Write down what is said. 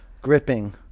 gripping